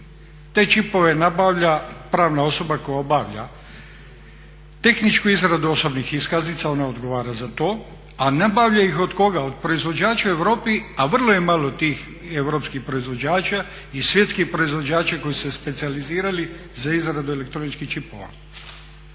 Te čipove nabavlja pravna osoba koja obavlja tehničku izradu osobnih iskaznica, ona odgovara za to. A nabavlja ih od koga? Od proizvođača u Europi a vrlo je malo tih europskih proizvođača i svjetskih proizvođača koji su se specijalizirali za izradu elektroničkih čipova.